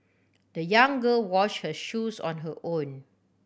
the young girl wash her shoes on her own